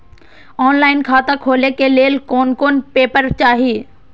Online खाता खोले के लेल कोन कोन पेपर चाही?